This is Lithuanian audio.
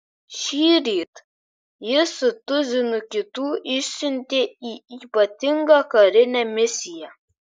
šįryt jį su tuzinu kitų išsiuntė į ypatingą karinę misiją